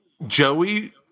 Joey